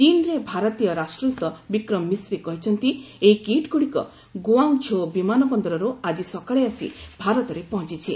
ଚୀନ୍ରେ ଭାରତୀୟ ରାଷ୍ଟ୍ରଦୂତ ବିକ୍ରମ ମିସ୍ରି କହିଛନ୍ତି ଏହି କିଟ୍ଗୁଡ଼ିକ ଗୁଆଙ୍ଗ୍ ଝୋ ବିମାନ ବନ୍ଦରରୁ ଆଜି ସକାଳେ ଆସି ଭାରତରେ ପହଞ୍ଚୁଛି